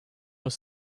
was